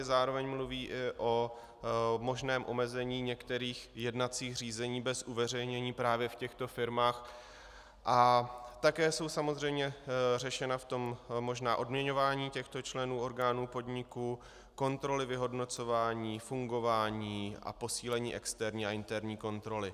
Zároveň mluví o možném omezení některých jednacích řízení bez uveřejnění právě v těchto firmách a také je samozřejmě řešeno odměňování těchto členů orgánů podniků, kontroly vyhodnocování, fungování a posílení externí a interní kontroly.